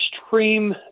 extreme